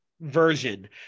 version